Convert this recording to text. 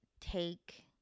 take